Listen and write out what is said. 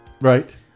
Right